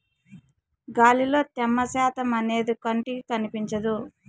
గాలిలో త్యమ శాతం అనేది కంటికి కనిపించదు